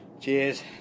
Cheers